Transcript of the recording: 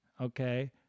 Okay